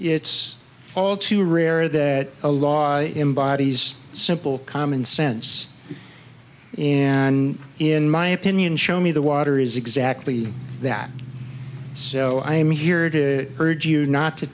it's all too rare that a law embodied is simple common sense and in my opinion show me the water is exactly that so i am here to urge you not to